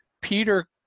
Peter